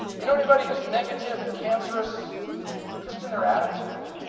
you know anybody who's negative and cancerous just in their attitude,